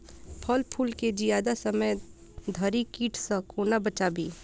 फल फुल केँ जियादा समय धरि कीट सऽ कोना बचाबी?